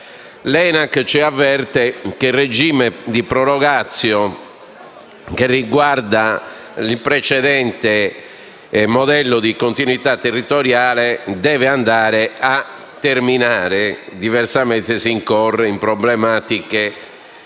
L'ENAC ci avverte che il regime di *prorogatio* che riguarda il precedente modello di continuità territoriale deve andare a terminare; diversamente si incorrerebbe in problematiche